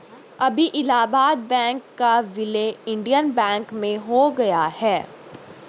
अभी इलाहाबाद बैंक का विलय इंडियन बैंक में हो गया है